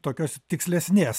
tokios tikslesnės